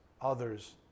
others